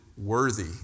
worthy